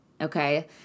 okay